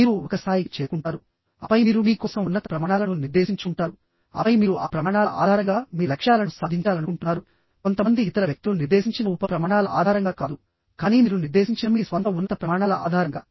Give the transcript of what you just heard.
మీరు ఒక స్థాయికి చేరుకుంటారు ఆపై మీరు మీ కోసం ఉన్నత ప్రమాణాలను నిర్దేశించుకుంటారు ఆపై మీరు ఆ ప్రమాణాల ఆధారంగా మీ లక్ష్యాలను సాధించాలనుకుంటున్నారు కొంతమంది ఇతర వ్యక్తులు నిర్దేశించిన ఉప ప్రమాణాల ఆధారంగా కాదు కానీ మీరు నిర్దేశించిన మీ స్వంత ఉన్నత ప్రమాణాల ఆధారంగా